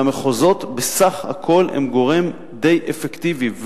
והמחוזות בסך הכול הם גורם די אפקטיבי,